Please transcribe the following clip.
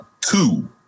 two